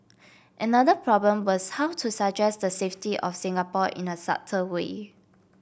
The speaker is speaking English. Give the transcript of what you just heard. another problem was how to suggest the safety of Singapore in a subtle way